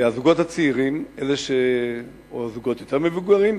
אז הזוגות הצעירים או הזוגות היותר מבוגרים,